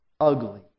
ugly